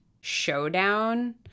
showdown